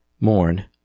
Mourn